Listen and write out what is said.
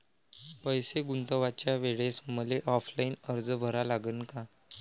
पैसे गुंतवाच्या वेळेसं मले ऑफलाईन अर्ज भरा लागन का?